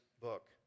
book